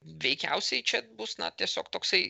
veikiausiai čia bus na tiesiog toksai